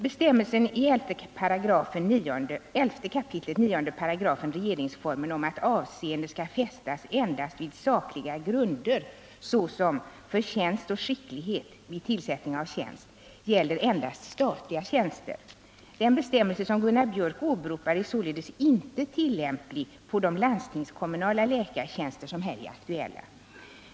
Bestämmelsen i 11 kap. 9 § regeringsformen om att avseende skall fästas endast vid sakliga grunder, såsom förtjänst och skicklighet, vid tillsättning av tjänst gäller endast statliga tjänster. Den bestämmelse som Gunnar Biörck åberopar är således inte tillämplig på de landstingskommunala läkartjänster som här är aktuella.